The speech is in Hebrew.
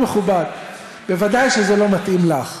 לא האופוזיציה,